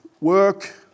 work